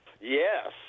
Yes